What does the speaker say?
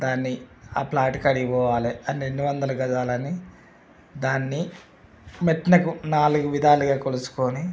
దాన్ని ఆ ఫ్లాట్ కాడికి పోవాలి అది ఎన్ని వందల గజాలని దాన్ని మె మెట్లకు నాలుగు విధాలుగా కొలుచుకొని